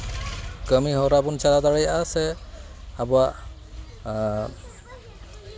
ᱠᱟᱹᱢᱤᱦᱚᱨᱟ ᱵᱚᱱ ᱪᱟᱞᱟᱣ ᱫᱟᱲᱮᱭᱟᱜᱼᱟ ᱥᱮ ᱟᱵᱚᱣᱟᱜ